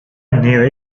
knew